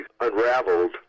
unraveled